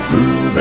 Move